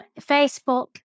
facebook